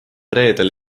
reedel